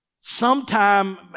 sometime